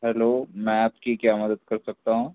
hello میں آپ کی کیا مدد کر سکتا ہوں